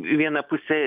viena puse